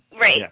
Right